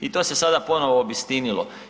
I to se sada ponovo obistinilo.